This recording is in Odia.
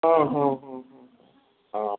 ହଁ ହଁ ହଁ ହଁ